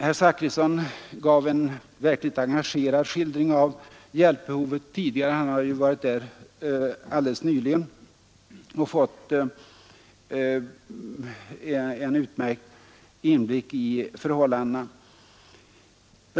Herr Zachrisson gav en verkligt engagerad skildring av hjälpbehovet — han ju har varit där helt nyligen och fått en utmärkt inblick i förhållandena.